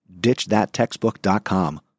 ditchthattextbook.com